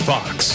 Fox